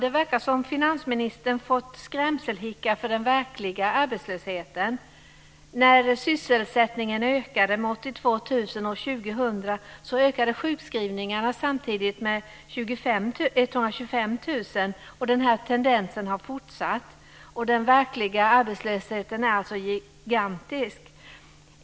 Det verkar som om finansministern fått skrämselhicka av den verkliga arbetslösheten. 125 000, och den tendensen har fortsatt. Den verkliga arbetslösheten är gigantisk.